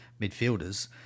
midfielders